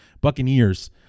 buccaneers